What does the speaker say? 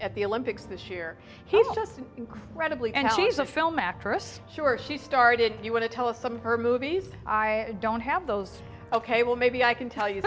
at the olympics this year he's just incredibly and she's a film actress sure she started you want to tell us some of her movies i don't have those ok well maybe i can tell you